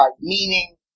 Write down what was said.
meaning